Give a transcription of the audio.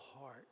heart